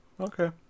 Okay